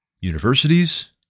universities